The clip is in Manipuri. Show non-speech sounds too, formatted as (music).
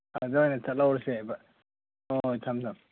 ꯑꯗ ꯑꯣꯏꯅ ꯆꯠꯍꯧꯔꯁꯦ (unintelligible) ꯍꯣꯏ ꯊꯝꯃꯦ ꯊꯝꯃꯦ